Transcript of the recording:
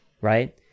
right